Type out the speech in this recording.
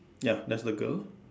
ya that's the girl